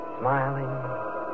smiling